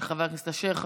לחבר הכנסת אשר.